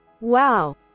wow